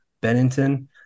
Bennington